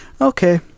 okay